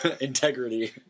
Integrity